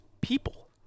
people